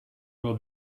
will